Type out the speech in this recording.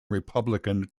republican